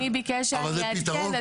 אדוני ביקש שאני אעדכן.